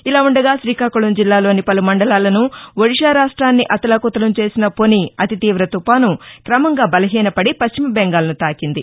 ఇలా ఉండగా శ్రీకాకుళం జిల్లాలోని పలు మండలాలను ఒడిషా రాష్ట్రెన్ని అతలాకుతలం చేసిన ఫొని అతి తీవ తుఫాను క్రమంగా బలహీనపడి పశ్చిమ బెంగాల్ను తాకింది